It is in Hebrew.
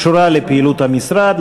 אלא קשורה לפעילות המשרד.